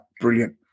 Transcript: brilliant